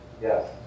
Yes